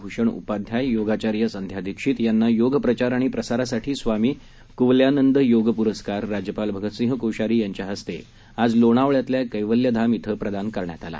भूषण उपाध्याय योगाचार्य संध्या दिक्षीत यांना योग प्रचार आणि प्रसारासाठी स्वामी कुवल्यानंद योग पुरस्कार राज्यपाल भगतसिंह कोश्यारी यांच्या हस्ते आज लोणावळ्यातल्या कैवल्यधाम श्वं प्रदान करण्यात आला